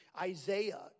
Isaiah